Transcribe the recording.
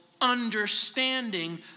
understanding